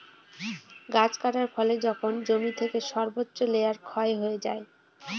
গাছ কাটার ফলে যখন জমি থেকে সর্বোচ্চ লেয়ার ক্ষয় হয়ে যায়